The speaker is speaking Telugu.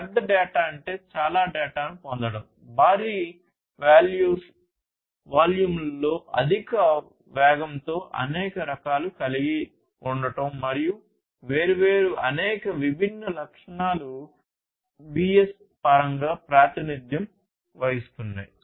పెద్ద డేటా అంటే చాలా డేటాను పొందడం భారీ వాల్యూమ్లలో అధిక వేగంతో అనేక రకాలు కలిగి ఉండటం మరియు వేర్వేరు అనేక విభిన్న లక్షణాలు Vs పరంగా ప్రాతినిధ్యం వహిస్తున్నయి